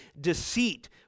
deceit